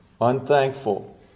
unthankful